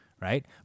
right